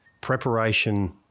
Preparation